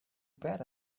bet